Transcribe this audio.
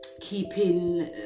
keeping